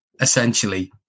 essentially